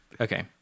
Okay